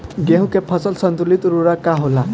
गेहूं के फसल संतुलित उर्वरक का होला?